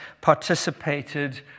participated